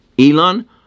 Elon